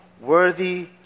worthy